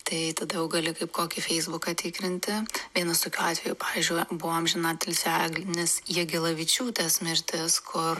tai tada jau gali kaip kokį feisbuką tikrinti vienas tokių atvejų pavyzdžiui buvo amžinatilsį agnės jagelavičiūtės mirtis kur